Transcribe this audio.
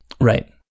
Right